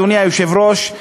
אדוני היושב-ראש,